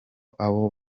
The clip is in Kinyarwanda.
abo